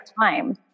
time